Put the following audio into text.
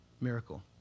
miracle